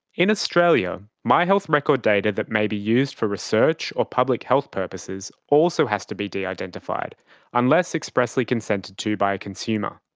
in australia, my health record data that may be used for research or public health purposes also has to be de-identified unless expressly consented to by a consumer.